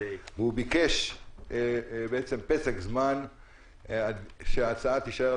הוא ביקש בעצם פסק זמן שההצעה תישאר על